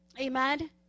Amen